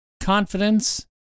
confidence